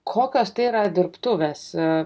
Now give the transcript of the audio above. kokios tai yra dirbtuvės